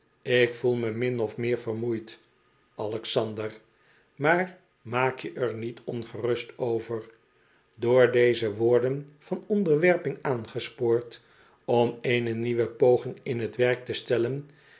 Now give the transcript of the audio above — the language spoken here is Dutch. ik voel me min of meer vermoeid alexander maar maak je r niet ongerust over door deze woorden van onderwerping aangespoord om eene nieuwe poging in t werk te stellen